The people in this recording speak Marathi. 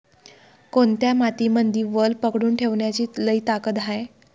कोनत्या मातीमंदी वल पकडून ठेवण्याची लई ताकद हाये?